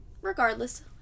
regardless